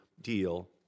deal